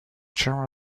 chair